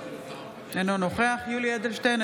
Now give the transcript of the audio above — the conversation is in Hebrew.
אינו נוכח יולי יואל אדלשטיין,